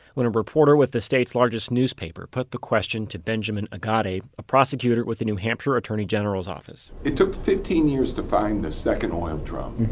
when a reporter with the state's largest newspaper put the question to benjamin agati, a prosecutor with the new hampshire attorney general's office it took fifteen years to find the second oil drum.